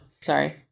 Sorry